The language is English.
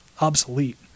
obsolete